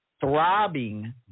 throbbing